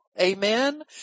Amen